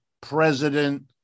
President